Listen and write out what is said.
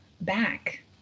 back